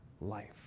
life